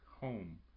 home